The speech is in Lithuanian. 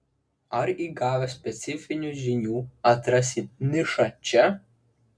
ar įgavęs specifinių žinių atrasi nišą čia